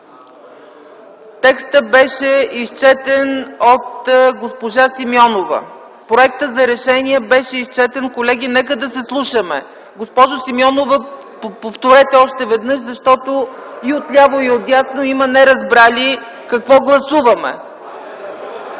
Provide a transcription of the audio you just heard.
(Шум и възгласи в опозицията). Проектът за решение беше прочетен. Колеги, нека да се слушаме. Госпожо Симеонова, повторете още веднъж, защото и от ляво, и от дясно има неразбрали какво гласуваме.